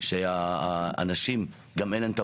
היום אני בטוח שהדברים יתנהלו אחרת,